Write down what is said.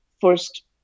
first